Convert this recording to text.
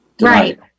Right